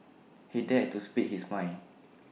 he dared to speak his mind